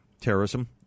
terrorism